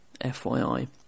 FYI